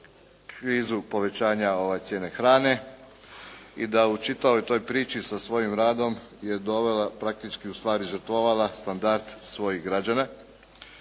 krizu povećanja cijena hrane i da u čitavoj toj priči sa svojim radom je dovela, praktički u stvari žrtvovala standarda svojih građana,